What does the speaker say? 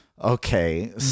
Okay